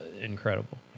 incredible